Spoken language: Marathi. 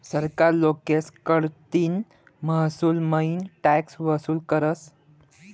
सरकार लोकेस कडतीन महसूलमईन टॅक्स वसूल करस